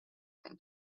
from